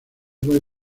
puede